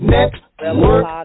Network